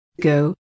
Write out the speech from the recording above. go